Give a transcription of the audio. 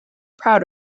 proud